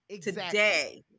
today